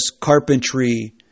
carpentry